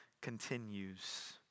continues